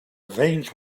veins